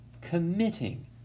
committing